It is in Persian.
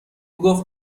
گفت